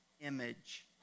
image